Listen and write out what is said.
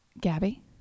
gabby